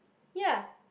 ya